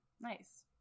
Nice